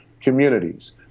communities